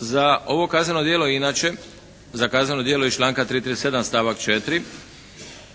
Za ovo kazneno djelo inače, za kazneno djelo iz članka 337. stavak 4.